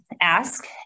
ask